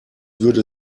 würde